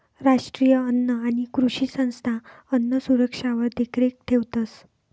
राष्ट्रीय अन्न आणि कृषी संस्था अन्नसुरक्षावर देखरेख ठेवतंस